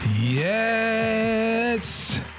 Yes